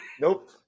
Nope